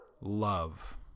love